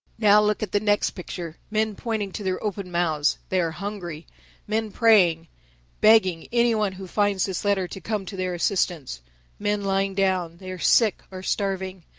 now look at the next picture men pointing to their open mouths they are hungry men praying begging any one who finds this letter to come to their assistance men lying down they are sick, or starving.